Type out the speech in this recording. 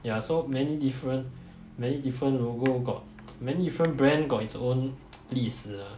ya so many different many different logo got many different brand got its own 历史 ah